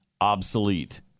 obsolete